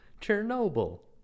Chernobyl